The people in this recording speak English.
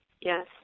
Yes